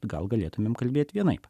gal galėtumėm kalbėti vienaip